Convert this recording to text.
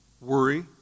Worry